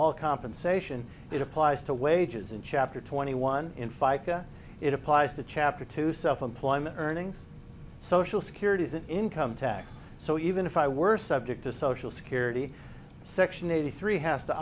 all compensation it applies to wages in chapter twenty one in fica it applies to chapter two self employment earnings social security income tax so even if i were subject to social security section eighty three has to